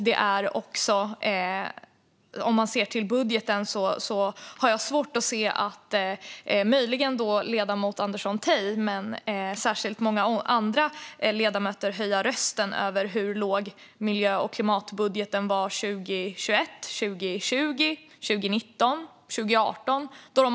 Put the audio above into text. När det gäller budgeten har möjligen ledamoten Andersson Tay, men inte särskilt många andra, höjt rösten över hur låg miljö och klimatbudgeten var 2021, 2020, 2019 och 2018.